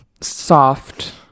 Soft